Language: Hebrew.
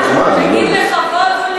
תגיד: לכבוד הוא לי.